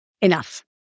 Enough